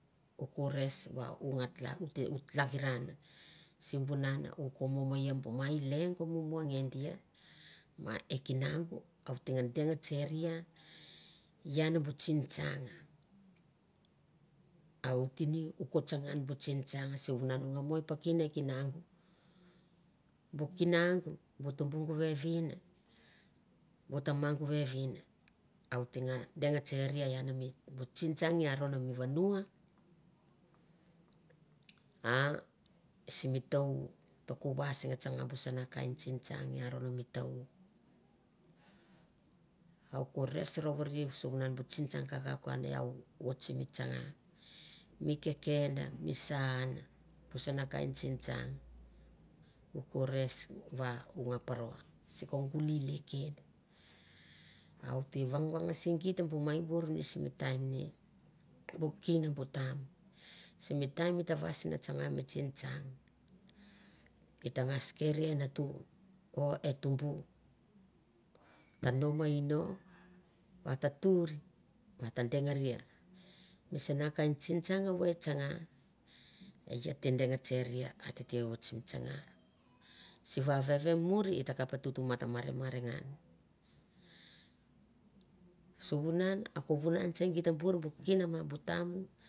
O ko res va o nga u hakiran, sivunan u ko mo me bu mai lengo mumu nge dia ma e kinaung a o teng deng tseria ian bu tsingtsang a oit ni u ko tsanga an bu tsingtsang, sivunan u nga mo i piken e kinaung, bu kinaung, bu tubuk vevin, bu tamaung vevin a at teng deng tseria bu tsingtsang i aron mi vanua, a simi ta- u ta ko vais nge tsanga bu sana kain tsingtsang i aron mi ta- u. Au ko res rouvoriu sivunan bu tsingtsang kakauk an iau oit na tsanga, mi keken, mi sa an bu sana kain tsingtsang, u ko res va ung nga paro sikongu lili kind a u te vangangse geit bu mai vour simi taim ni, bu kin bu tam, simi taim e ta vais nge tsanga mi tsingtsang i ta ngas keri e natu o e tubu ta nomei no voi tuir va ta dengaria misana kain tsingtsang evoi e tsanga, e ai a te deng tseria a tete oit na tsanga, siva veve muir e ta kap tut mata mar ngan sivunan a ko vunan se geit bu kin ma bu tam.